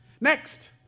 Next